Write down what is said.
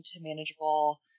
manageable